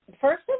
First